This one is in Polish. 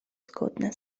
zgodne